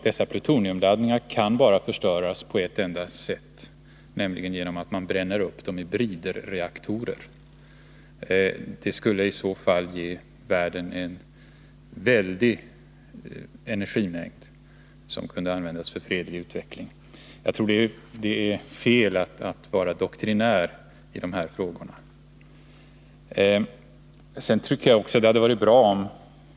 Dessa plutoniumladdningar kan bara förstöras på ett enda sätt, nämligen genom att man bränner upp dem i bridreaktorer. Det skulle ge världen en väldig energimängd, som kunde användas för fredlig utveckling. Jag tror det är fel att vara doktrinär i de här frågorna.